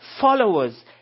followers